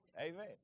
Amen